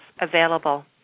available